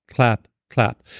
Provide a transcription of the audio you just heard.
clap, clap,